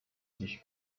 sich